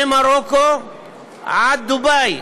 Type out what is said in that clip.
ממרוקו עד דובאי,